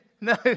No